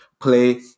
play